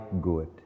good